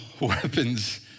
weapons